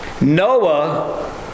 Noah